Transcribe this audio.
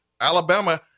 Alabama